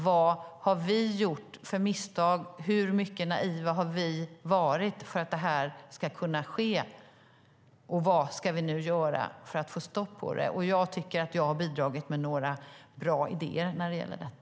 Vad har vi gjort för misstag, hur naiva har vi varit för att detta ska kunna ske och vad ska vi göra för att få stopp på det? Jag tycker att jag har bidragit med några bra idéer när det gäller detta.